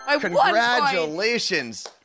Congratulations